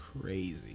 crazy